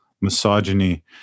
misogyny